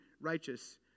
righteous